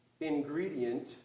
ingredient